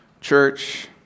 Church